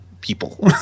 people